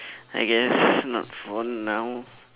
I guess not for now